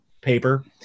paper